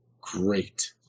great